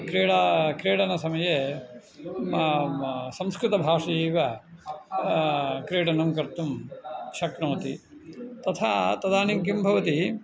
क्रीडा क्रीडनसमये संस्कृतभाषयैव क्रीडनं कर्तुं शक्नोति तथा तदानीं किं भवति